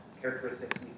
characteristics